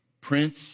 Prince